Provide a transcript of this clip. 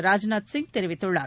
ராஜ்நாத் சிங் தெரிவித்துள்ளார்